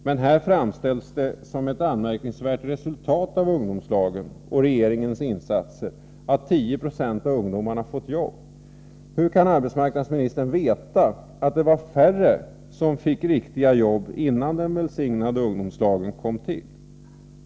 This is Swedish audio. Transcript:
Men det framställs som ett anmärkningsvärt resultat av ungdomslagen och av regeringens insatser att 10 96 av ungdomarna fått jobb. Hur kan arbetsmarknadsministern veta att färre ungdomar skulle ha fått riktiga jobb innan den välsignade ungdomslagen kom till?